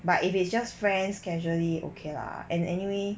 but if it's just friends casually okay lah and anyway